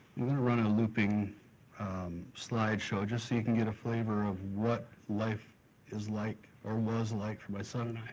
i'm going to run a looping slide show just so you can get a flavor of what life is like or was like for my son.